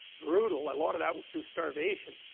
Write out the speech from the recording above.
brutal, a lot of that was through starvation